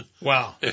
Wow